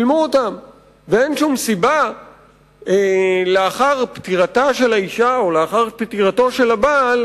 ואין שום סיבה לאחר פטירתה של האשה או לאחר פטירתו של הבעל